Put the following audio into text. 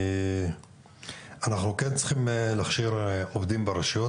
אנחנו צריכים להכשיר עובדים ברשויות